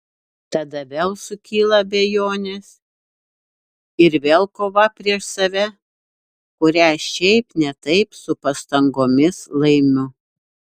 tada vėl sukyla abejonės ir vėl kova prieš save kurią šiaip ne taip su pastangomis laimiu